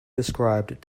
described